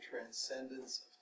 transcendence